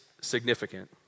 significant